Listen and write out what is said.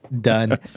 Done